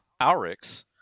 Aurix